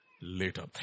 later